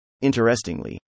Interestingly